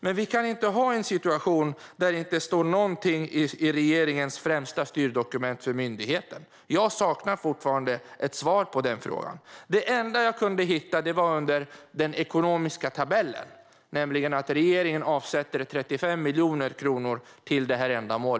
Men vi kan inte ha en situation där det inte står någonting i regeringens främsta styrdokument för myndigheter. Jag saknar fortfarande ett svar på denna fråga. Det enda jag kunde hitta var under den ekonomiska tabellen, nämligen att regeringen avsätter 35 miljoner kronor till detta ändamål.